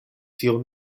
tio